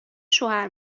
شوهر